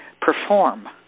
perform